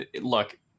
look